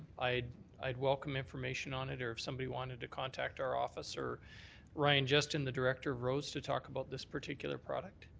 i'd i'd welcome information on it or if somebody wanted to contact our office or ryan jestin the director of roads to talk about this particular product.